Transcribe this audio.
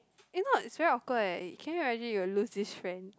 if not it's very awkward eh can you imagine you'll lose this friend